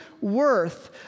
worth